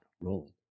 rolling